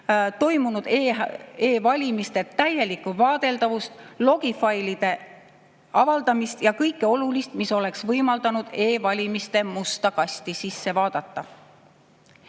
toimunud e‑valimiste täielikku vaadeldavust, logifailide avaldamist ja kõike olulist, mis oleks võimaldanud e‑valimiste musta kasti sisse vaadata.